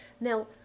Now